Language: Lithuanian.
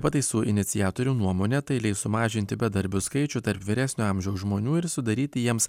pataisų iniciatorių nuomone tai leis sumažinti bedarbių skaičių tarp vyresnio amžiaus žmonių ir sudaryti jiems